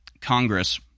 Congress